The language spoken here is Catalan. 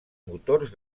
motors